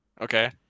okay